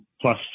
plus